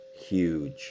huge